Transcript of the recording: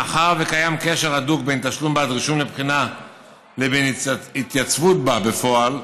קיים קשר הדוק בין תשלום בעד רישום לבחינה לבין התייצבות בה בפועל.